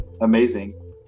amazing